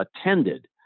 attended